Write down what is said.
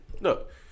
Look